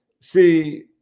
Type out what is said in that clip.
see